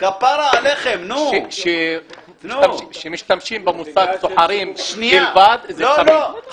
זו זכותם לבוא ולהציג את העניין.